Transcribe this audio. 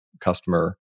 customer